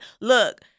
look